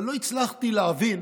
אבל לא הצלחתי להבין